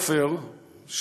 עופר,